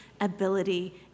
ability